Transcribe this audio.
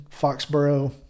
Foxborough